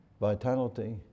Vitality